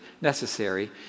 necessary